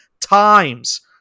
times